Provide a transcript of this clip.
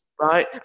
Right